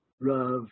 Rav